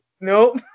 nope